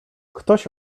ktoś